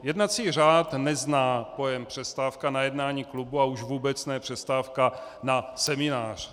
Jednací řád nezná pojem přestávka na jednání klubu a už vůbec ne přestávka na seminář.